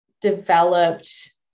developed